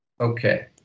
Okay